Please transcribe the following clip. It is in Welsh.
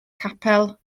capel